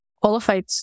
qualified